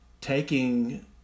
taking